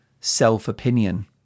self-opinion